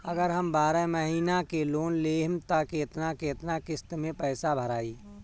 अगर हम बारह महिना के लोन लेहेम त केतना केतना किस्त मे पैसा भराई?